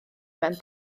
mewn